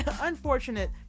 unfortunate